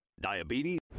Diabetes